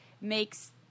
makes